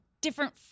different